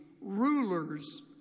rulers